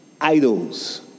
idols